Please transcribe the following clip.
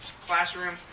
classroom